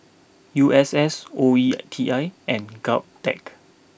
U S S O E T I and Govtech